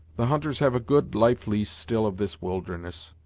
the hunters have a good life-lease still of this wilderness.